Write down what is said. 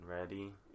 ready